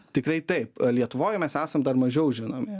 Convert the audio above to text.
tikrai taip lietuvoj mes esam dar mažiau žinomi